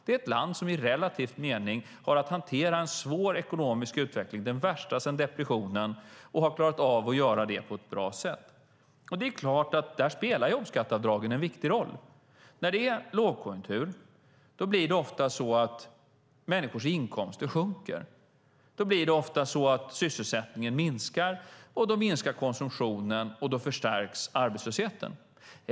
Det är ett land som i relativ mening har att hantera en svår ekonomisk utveckling, den värsta sedan depressionen, och som har klarat av det på ett bra sätt. Där spelar förstås jobbskatteavdragen en viktig roll. När det är lågkonjunktur sjunker ofta människors inkomster. Sysselsättningen minskar och därmed konsumtionen, vilket medför att arbetslösheten förstärks.